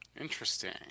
Interesting